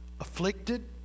afflicted